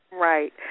Right